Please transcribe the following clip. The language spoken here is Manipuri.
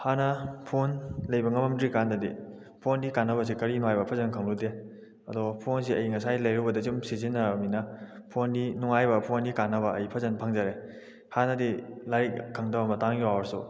ꯍꯥꯟꯅ ꯐꯣꯟ ꯂꯩꯕ ꯉꯝꯃꯝꯗ꯭ꯔꯤꯀꯥꯟꯗꯗꯤ ꯐꯣꯟꯒꯤ ꯀꯥꯟꯅꯕꯁꯤ ꯀꯔꯤꯅꯣ ꯍꯥꯏꯕ ꯐꯖꯅ ꯈꯪꯂꯨꯗꯦ ꯑꯗꯣ ꯐꯣꯟꯁꯦ ꯑꯩ ꯉꯁꯥꯏ ꯂꯩꯔꯨꯕꯗꯩ ꯁꯨꯝ ꯁꯤꯖꯟꯅꯔꯃꯤꯅ ꯐꯣꯟꯒꯤ ꯅꯨꯡꯉꯥꯏꯕ ꯐꯣꯟꯒꯤ ꯀꯥꯟꯅꯕ ꯑꯩ ꯐꯖꯟ ꯐꯪꯖꯔꯦ ꯍꯥꯟꯅꯗꯤ ꯂꯥꯏꯔꯤꯛ ꯈꯪꯗꯕ ꯃꯇꯥꯡ ꯌꯥꯎꯔꯁꯨ